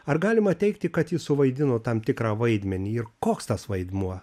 ar galima teigti kad ji suvaidino tam tikrą vaidmenį ir koks tas vaidmuo